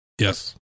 Yes